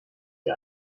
sie